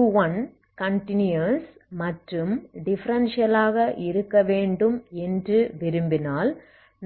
continuous மற்றும் differential ஆக இருக்க வேண்டும் என்று விரும்பினால்